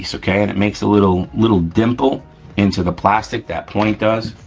so okay? and it makes a little little dimple into the plastic that point does,